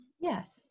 Yes